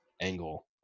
angle